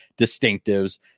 distinctives